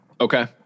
Okay